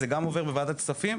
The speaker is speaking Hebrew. זה גם עובר בוועדת הכספים,